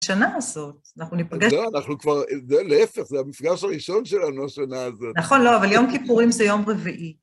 שנה הזאת, אנחנו ניפגש... זהו, אנחנו כבר, זה להפך, זה המפגש הראשון שלנו השנה הזאת. נכון, לא, אבל יום כיפורים זה יום רביעי.